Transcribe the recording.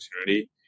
opportunity